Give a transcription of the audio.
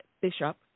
Bishop